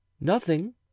Nothing